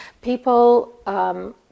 People